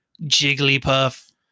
Jigglypuff